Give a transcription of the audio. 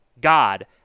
God